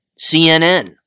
CNN